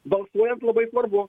balsuojant labai svarbu